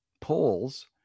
polls